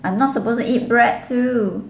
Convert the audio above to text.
I'm not supposed to eat bread too